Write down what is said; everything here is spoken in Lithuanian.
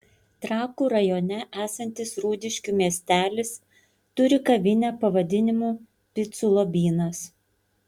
trakų rajone esantis rūdiškių miestelis turi kavinę pavadinimu picų lobynas